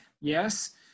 Yes